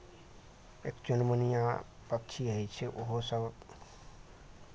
चुनमुनिआँ पक्षी होइ छै ओहोसभ